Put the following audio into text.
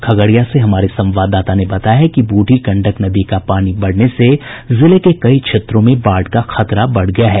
खगड़िया से हमारे संवाददाता ने बताया है कि बूढ़ी गंडक नदी का पानी बढ़ने से जिले के कई क्षेत्रों में बाढ़ का खतरा बढ़ गया है